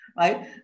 right